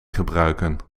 gebruiken